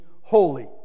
holy